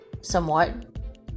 somewhat